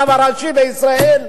הרב הראשי לישראל,